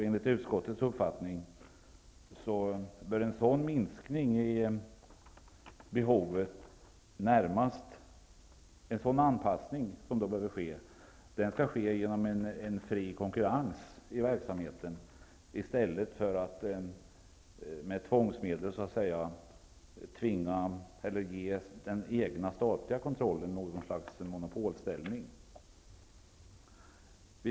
Enligt utskottets uppfattning bör den anpassning som behöver ske vid en sådan minskning av behovet ske genom en fri konkurrens i verksamheten i stället för att man ger den egna statliga kontrollen något slags monopolställning.